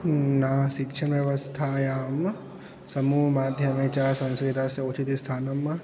न शिक्षणव्यवस्थायां समूहमाध्यमे च संस्कृतस्य उचितस्थानं